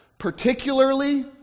particularly